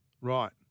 Right